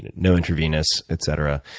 no intravenous, etc.